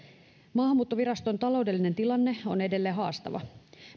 maahanmuuttoviraston taloudellinen tilanne on edelleen haastava